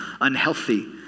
unhealthy